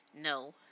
no